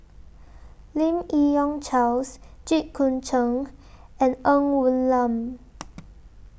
Lim Yi Yong Charles Jit Koon Ch'ng and Ng Woon Lam